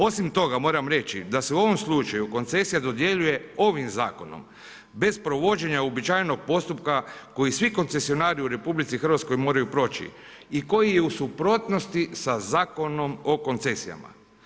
Osim toga moram reći da se u ovom slučaju koncesija dodjeljuje ovim zakonom, bez provođenja uobičajenog postupka koji svi koncesionari u RH moraju proći i koji je u suprotnosti sa Zakonom o koncesijama.